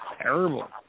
terrible